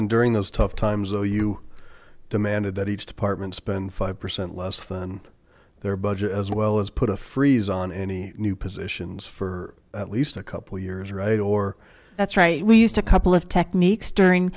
hodson during those tough times though you demanded that each department spend five percent less than their budget as well as put a freeze on any new positions for at least a couple years right or that's right we used a couple of techniques during